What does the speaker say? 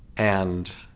and